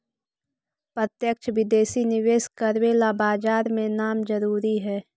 प्रत्यक्ष विदेशी निवेश करवे ला बाजार में नाम जरूरी है